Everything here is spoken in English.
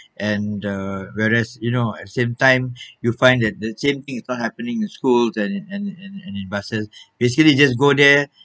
and uh whereas you know at the same time you'll find that the same thing is it's not happening in schools and in and in and in and in buses basically just go there